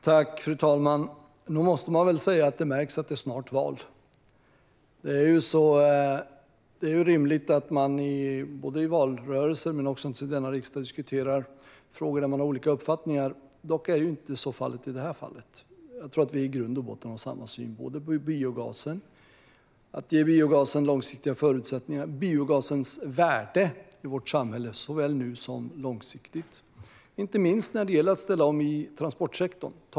Fru talman! Nog måste man säga att det märks att det snart är val. Det är rimligt att man i valrörelsen men också i denna riksdag diskuterar frågor där man har olika uppfattningar. Dock är fallet inte så här. Jag tror att vi i grund och botten har samma syn på biogasen, på att ge den långsiktiga förutsättningar och på dess värde i vårt samhälle, såväl nu som långsiktigt, inte minst när det gäller att ställa om i transportsektorn.